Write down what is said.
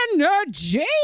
energy